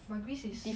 but greece is